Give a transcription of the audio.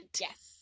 Yes